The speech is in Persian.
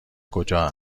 کجا